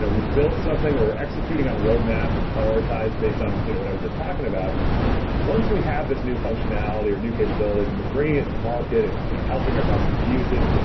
so we've built something, or we're executing on a roadmap prioritize based on you know what i was just talking about once we have this new functionality or new capabilities and we're bringing it to market and helping our customers use it,